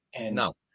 No